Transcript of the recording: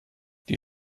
die